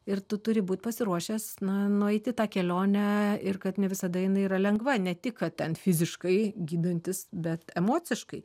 ir tu turi būt pasiruošęs na nueiti tą kelionę ir kad ne visada jinai yra lengva ne tik kad ten fiziškai gydantis bet emociškai